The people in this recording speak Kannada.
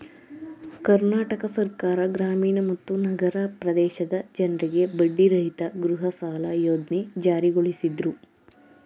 ಕರ್ನಾಟಕ ಸರ್ಕಾರ ಗ್ರಾಮೀಣ ಮತ್ತು ನಗರ ಪ್ರದೇಶದ ಜನ್ರಿಗೆ ಬಡ್ಡಿರಹಿತ ಗೃಹಸಾಲ ಯೋಜ್ನೆ ಜಾರಿಗೊಳಿಸಿದ್ರು